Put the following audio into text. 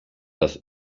das